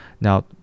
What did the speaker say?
Now